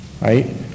right